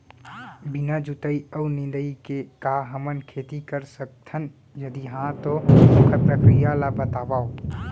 बिना जुताई अऊ निंदाई के का हमन खेती कर सकथन, यदि कहाँ तो ओखर प्रक्रिया ला बतावव?